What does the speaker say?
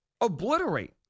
obliterate